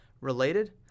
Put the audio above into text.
Related